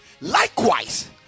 Likewise